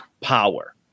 power